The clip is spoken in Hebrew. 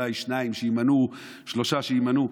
אולי שניים שיימנעו, שלושה שיימנעו.